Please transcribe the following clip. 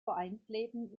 vereinsleben